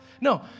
No